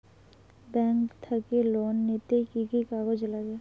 Bank থাকি loan নিতে কি কি কাগজ নাগে?